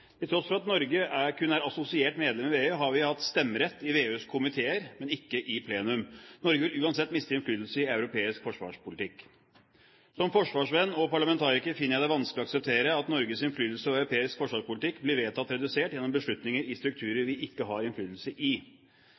Til tross for at Norge kun er assosiert medlem i VEU, har vi hatt stemmerett i VEUs komiteer, men ikke i plenum. Norge vil uansett miste innflytelse i europeisk forsvarspolitikk. Som forsvarsvenn og parlamentariker finner jeg det vanskelig å akseptere at Norges innflytelse over europeisk forsvarspolitikk blir vedtatt redusert gjennom beslutninger i strukturer vi ikke har innflytelse i.